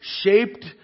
shaped